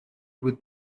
would